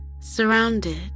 surrounded